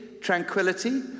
tranquility